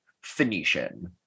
Phoenician